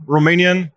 Romanian